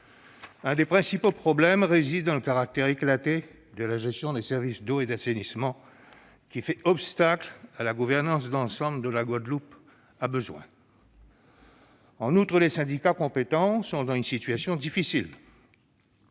Un des principaux problèmes réside dans le caractère éclaté de la gestion des services d'eau et d'assainissement, qui fait obstacle à la gouvernance d'ensemble dont la Guadeloupe a besoin. En outre, les syndicats compétents sont dans une situation difficile